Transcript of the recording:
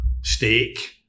steak